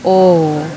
oh